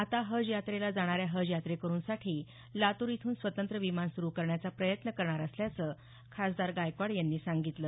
आता हज यात्रेला जाणाऱ्या हज यात्रेकरुंसाठी लातूर इथून स्वतंत्र विमान सुरु करण्याचा प्रयत्न करणार असल्याचं खासदार गायकवाड यांनी सांगितलं